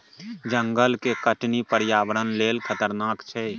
जंगल के कटनी पर्यावरण लेल खतरनाक छै